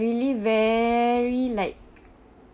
really very like